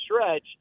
stretch